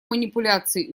манипуляции